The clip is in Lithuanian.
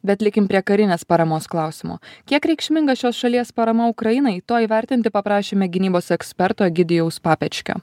bet likim prie karinės paramos klausimo kiek reikšminga šios šalies parama ukrainai to įvertinti paprašėme gynybos eksperto egidijaus papečkio